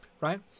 Right